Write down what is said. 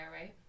right